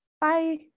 Bye